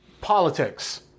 politics